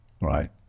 right